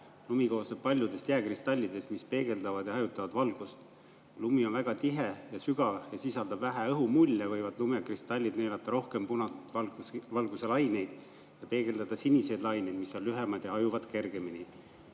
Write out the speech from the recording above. Lumi koosneb paljudest jääkristallidest, mis peegeldavad ja hajutavad valgust. Kui lumi on väga tihe ja sügav ja sisaldab vähe õhumulle, võivad lumekristallid neelata rohkem punaseid valguslaineid ja peegeldada siniseid laineid, mis on lühemad ja hajuvad kergemini.